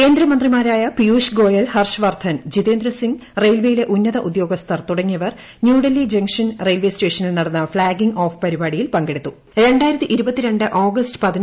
കേന്ദ്രമന്ത്രിമാരായ പീയുഷ് ഗോയ്ൽ ഹർഷവർദ്ധൻ ജിതേന്ദ്ര സിംഗ് റെയിൽവേയിലെ ഉന്നത ഉദ്യോഗസ്ഥർ തുടങ്ങിയവർ ന്യൂഡൽഹി ജംഗ്ഷൻ റെയിൽവേ സ്റ്റേഷ്നിൽ നടന്ന ഫ്ളാഗിംഗ് ഓഫ് പരിപാടിയിൽ ഓഗ്സ്റ്റ് പങ്കെടുത്തു